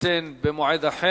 יתקיימו במועד אחד.